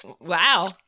Wow